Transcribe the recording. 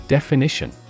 Definition